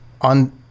on